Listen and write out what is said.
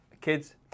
kids